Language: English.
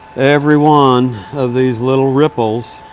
every one of these little ripples